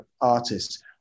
artists